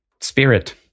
spirit